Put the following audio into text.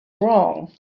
wrong